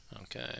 Okay